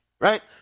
right